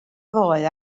ddoe